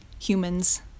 humans